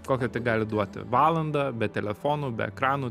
kokią tik galit duoti valandą be telefonų be ekranų